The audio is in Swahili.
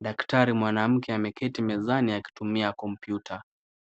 Daktari mwanamke ameketi mezani akitumia kompyuta.